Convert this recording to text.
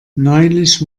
neulich